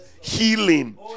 healing